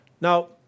Now